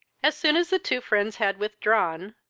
as soon as the two friends had withdrawn,